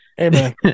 Amen